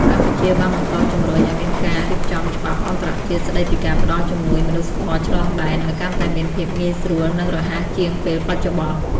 កម្ពុជាបានបន្តជម្រុញឱ្យមានការរៀបចំច្បាប់អន្តរជាតិស្តីពីការផ្តល់ជំនួយមនុស្សធម៌ឆ្លងដែន ឱ្យកាន់តែមានភាពងាយស្រួល និងរហ័សជាងពេលបច្ចុប្បន្ន។